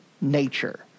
nature